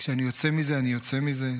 / כשאני יוצא מזה, אני יוצא מזה.